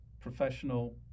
professional